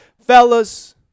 Fellas